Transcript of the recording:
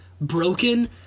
broken